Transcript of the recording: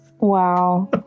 wow